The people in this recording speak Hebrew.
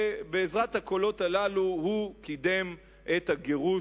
בעזרת הקולות הללו הוא קידם את הגירוש